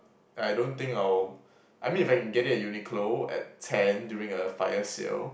I don't think I'll I mean if I can get it at Uniqlo at ten during a fire sale